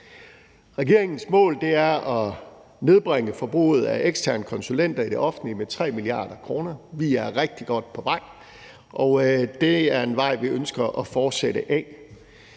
Regeringens mål er at nedbringe forbruget af eksterne konsulenter i det offentlige med 3 mia. kr. Vi er rigtig godt på vej, og det er en vej, vi ønsker at fortsætte ad.